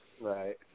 Right